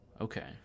okay